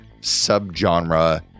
subgenre